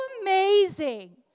amazing